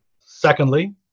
Secondly